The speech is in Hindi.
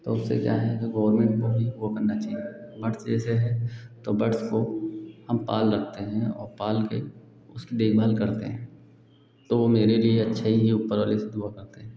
तो इससे क्या है कि बहुत लोगों को हेल्प को करना चाहिए अलग से ऐसा है तो बड्स को हम पाल रखते हैं और पाल कर उसकी देखभाल करते हैं तो वह मेरे लिए अच्छाई ही ऊपर वाले सब जगाते हैं